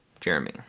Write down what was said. Jeremy